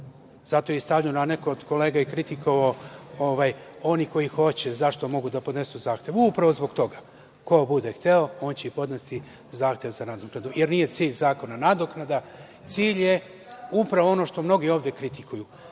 Zato je i stavljeno, neko od kolega je kritikovao, oni koji hoće, zašto mogu da podnesu zahtev, pa upravo zbog toga, ko bude hteo, on će i podneti zahtev za nadoknadu, jer cilj zakona nije nadoknada. Cilj je upravo ono što mnogi ovde kritikuju